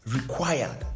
required